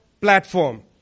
platform